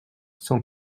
s’en